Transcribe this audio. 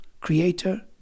creator